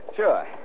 Sure